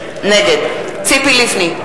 נגד ציפי לבני,